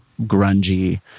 grungy